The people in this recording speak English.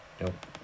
nope